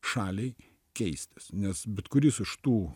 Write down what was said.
šaliai keistis nes bet kuris iš tų